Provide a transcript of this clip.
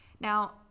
Now